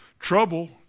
trouble